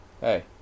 hey